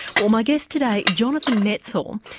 well my guest today, jonathan metzl,